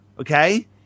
okay